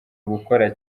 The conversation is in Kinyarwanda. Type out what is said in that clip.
gukora